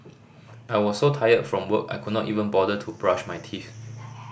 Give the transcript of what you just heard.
I was so tired from work I could not even bother to brush my teeth